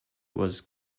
was